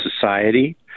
society